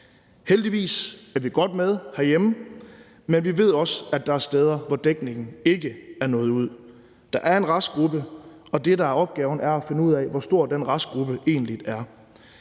Heldigvis er vi godt med herhjemme, men vi ved også, at der er steder, hvor dækningen ikke er nået ud. Der er en restgruppe, og det, der er opgaven, er at finde ud af, hvor stor den restgruppe egentlig er.